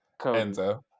Enzo